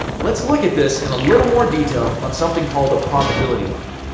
let's look at this in a little more detail on something called a probability line.